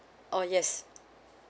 orh yes